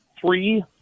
three